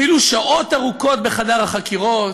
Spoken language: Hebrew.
בילו שעות רבות בחדר החקירות,